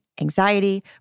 anxiety